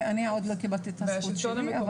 ואני עוד לא קיבלתי את הזכות שלי.